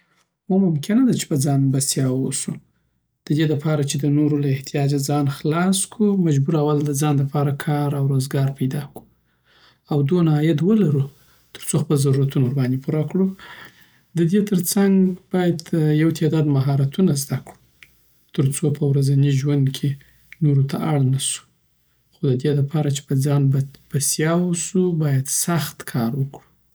هو ممکنه ده چی په ځان بسیا وواوسو ددی دپاره چی دنورو له احتیاجه ځان خلاص کړو مجبور اول دځان دپاره کار او روزګار پیدا کړو او دونه عاید ولرو تروڅو خپل ضرورتونه ورباندی پوره کړو ددی ترڅنګ باید یو تعداد مهارتونه زده کړو ترڅوپه ورځنی ژند کی نور ته اړ نه سو خو ددی دپاره چی په ځان بسیا اوسو باید سخت کار وکړو